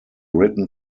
written